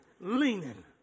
Leaning